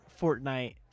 Fortnite